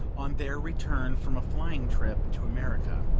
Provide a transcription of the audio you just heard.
on their return from a flying trip to america.